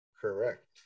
Correct